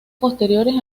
posteriores